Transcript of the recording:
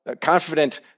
confident